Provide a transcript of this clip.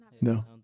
No